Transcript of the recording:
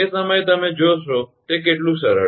તે સમયે તમે જોશો તે કેટલું સરળ છે